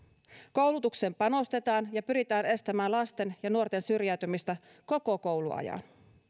koulutukseen panostetaan ja pyritään estämään lasten ja nuorten syrjäytymistä koko kouluajan